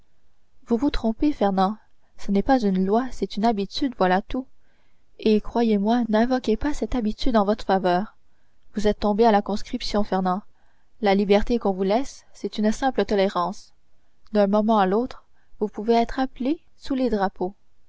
vous vous trompez fernand ce n'est pas une loi c'est une habitude voilà tout et croyez-moi n'invoquez pas cette habitude en votre faveur vous êtes tombé à la conscription fernand la liberté qu'on vous laisse c'est une simple tolérance d'un moment à l'autre vous pouvez être appelé sous les drapeaux